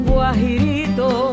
guajirito